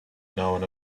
known